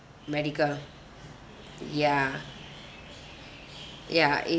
medical ya ya it